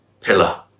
pillar